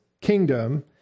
kingdom